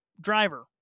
Driver